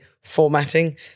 formatting